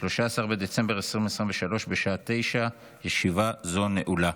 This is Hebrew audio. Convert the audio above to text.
13 בדצמבר 2023, בשעה 9:00. ישיבה זו נעולה.